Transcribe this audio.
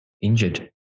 injured